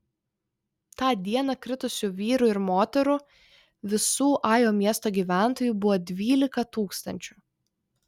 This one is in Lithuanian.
tą dieną kritusių vyrų ir moterų visų ajo miesto gyventojų buvo dvylika tūkstančių